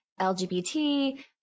LGBT